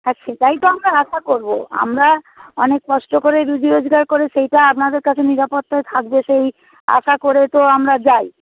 হ্যাঁ সেটাই তো আমরা আশা করবো আমরা অনেক কষ্ট করে রুজি রোজগার করে সেইটা আপনাদের কাছে নিরাপত্তায় থাকবে সেই আশা করে তো আমরা যাই